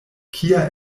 kia